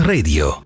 Radio